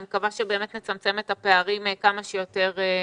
אני מקווה שבאמת נצמצם את הפערים כמה שיותר מהר.